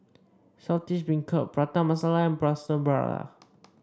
Saltish Beancurd Prata Masala and Plaster Prata